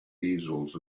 easels